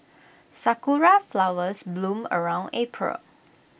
Sakura Flowers bloom around April